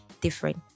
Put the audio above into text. different